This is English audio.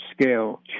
scale